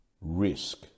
risk